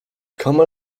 kama